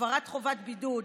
הפרת חובת בידוד,